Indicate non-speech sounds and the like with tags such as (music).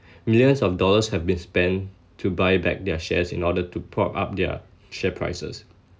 (breath) millions of dollars have been spent to buy back their shares in order to prop up their share prices